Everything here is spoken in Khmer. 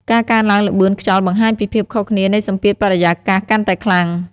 ការកើនឡើងល្បឿនខ្យល់បង្ហាញពីភាពខុសគ្នានៃសម្ពាធបរិយាកាសកាន់តែខ្លាំង។